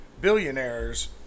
billionaires